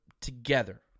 together